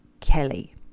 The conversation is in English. Kelly